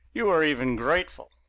you were even grateful.